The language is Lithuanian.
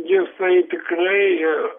jisai tikrai